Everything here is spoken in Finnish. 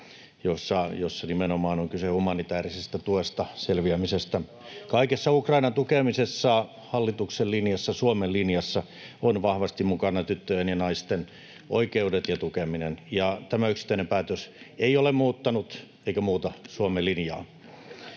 jossa nimenomaan on kyse humanitäärisestä tuesta ja selviämisestä. Kaikessa Ukrainan tukemisessa hallituksen linjassa, Suomen linjassa, ovat vahvasti mukana tyttöjen ja naisten oikeudet ja tukeminen, ja tämä yksittäinen päätös ei ole muuttanut eikä muuta Suomen linjaa.